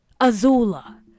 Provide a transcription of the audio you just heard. Azula